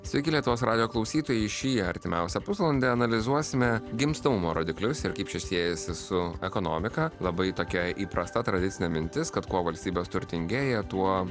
taigi lietuvos radijo klausytojai šį artimiausią pusvalandį analizuosime gimstamumo rodiklius ir kaip čia siejasi su ekonomika labai tokia įprasta tradicinė mintis kad kuo valstybės turtingieji tuo